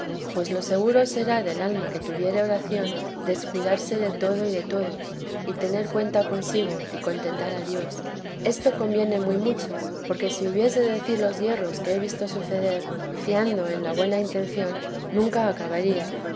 pues lo seguro será del alma que tuviere oración descuidarse de todo y de todos y tener cuenta consigo y contentar a dios esto conviene muy mucho porque si hubiese de decir los yerros que he visto suceder fiando en la buena intención nunca acabaría